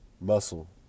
muscle